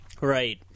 Right